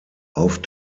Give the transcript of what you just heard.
auf